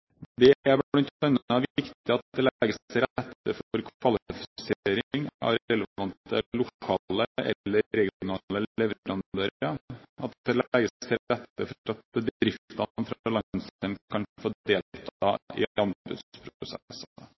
Det er bl.a. viktig at det legges til rette for kvalifisering av relevante lokale eller regionale leverandører, og at det legges til rette for at bedriftene fra landsdelen kan få delta i